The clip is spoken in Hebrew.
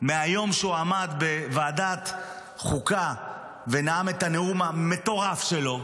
מהיום שהוא עמד בוועדת חוקה ונאם את הנאום המטורף שלו,